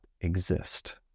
exist